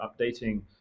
updating